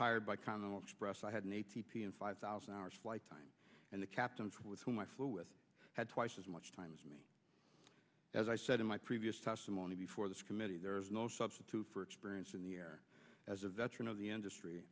hired by connell express i had an a t p and five thousand hours flight time and the captains with whom i flew with had twice as much time as me as i said in my previous testimony before this committee there is no substitute for experience in the air as a veteran of the industry